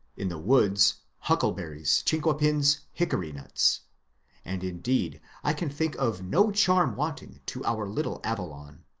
in the woods huckle berries, chinquapins, hickory nuts and indeed i can think of no charm wanting to our little avalon.